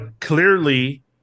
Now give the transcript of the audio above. clearly